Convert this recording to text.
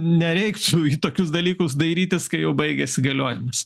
nereiktų į tokius dalykus dairytis kai jau baigiasi galiojimas